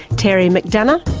terry mcdonough,